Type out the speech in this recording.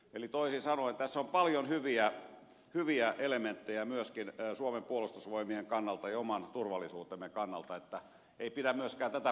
eli toisin sanoen tässä on paljon hyviä elementtejä myöskin suomen puolustusvoimien kannalta ja oman turvallisuutemme kannalta että ei pidä myöskään tätä puolta vähätellä